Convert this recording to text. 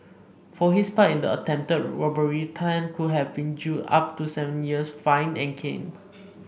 for his part in the attempted robbery Tan could have been jailed up to seven years fined and caned